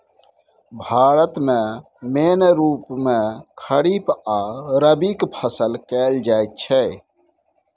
भारत मे मेन रुप मे खरीफ आ रबीक फसल कएल जाइत छै